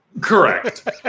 Correct